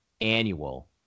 annual